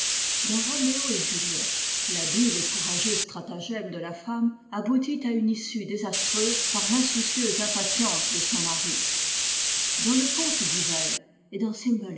dans roméo et juliette l'habile et courageux stratagème de la femme aboutit à une issue désastreuse par l'insoucieuse impatience de son mari dans le conte d'hivfi et dans